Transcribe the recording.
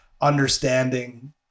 understanding